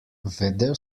vedel